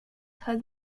had